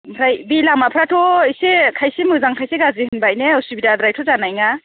ओमफ्राय बे लामाफ्राथ' एसे खायसे मोजां खायसे गाज्रि होनबाय ने उसुबिदाद्रायथ' जानाय नङा